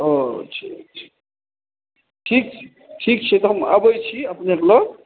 ओ ठीक छै ठीक छै तऽ हम अबै छी अपनेँ लग